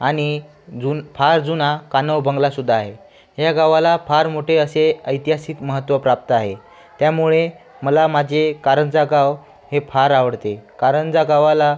आणि जुन फार जुना कानव बंगला सुद्धा आहे ह्या गावाला फार मोठे असे ऐतिहासिक महत्त्व प्राप्त आहे त्यामुळे मला माझे कारंजा गाव हे फार आवडते कारंजा गावाला